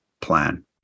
plan